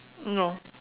no